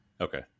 okay